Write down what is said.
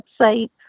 website